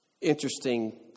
Interesting